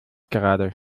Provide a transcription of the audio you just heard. gerade